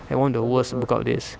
and one of the worst workout days